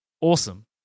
awesome